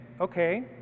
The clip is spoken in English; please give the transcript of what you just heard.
okay